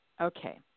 okay